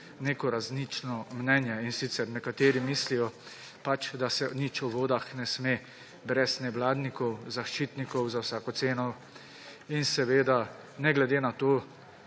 neko različno mnenje. In sicer nekateri mislijo pač, da se nič o vodah ne sme brez nevladnikov, zaščitnikov za vsako ceno in seveda ne glede na to